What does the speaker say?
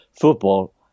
football